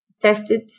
tested